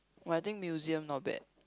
!wah! I think museum not bad